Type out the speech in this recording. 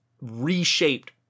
reshaped